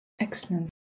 excellent